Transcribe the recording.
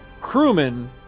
crewman